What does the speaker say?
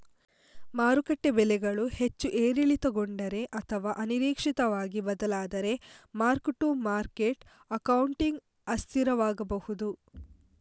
ಮಾರುಕಟ್ಟೆ ಬೆಲೆಗಳು ಹೆಚ್ಚು ಏರಿಳಿತಗೊಂಡರೆ ಅಥವಾ ಅನಿರೀಕ್ಷಿತವಾಗಿ ಬದಲಾದರೆ ಮಾರ್ಕ್ ಟು ಮಾರ್ಕೆಟ್ ಅಕೌಂಟಿಂಗ್ ಅಸ್ಥಿರವಾಗಬಹುದು